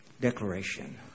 declaration